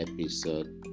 episode